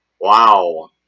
Wow